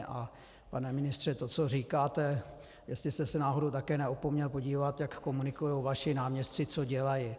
A pane ministře, to co říkáte, jestli jste se náhodou také neopomněl podívat, jak komunikují vaši náměstci, co dělají.